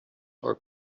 are